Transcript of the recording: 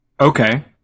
Okay